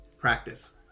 practice